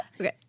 Okay